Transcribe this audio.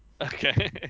Okay